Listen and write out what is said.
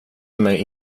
mig